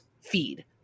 feed